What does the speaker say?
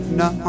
no